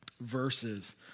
verses